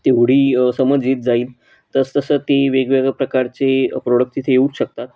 तेवढी समज येत जाईल तसतसं ते वेगवेगळं प्रकारचे प्रोडक्ट तिथे येऊ शकतात